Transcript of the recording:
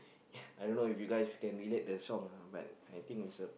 I don't know if you guys can relate the song uh but I think is a